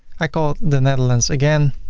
i call the netherlands again